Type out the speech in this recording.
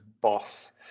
boss